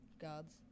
guards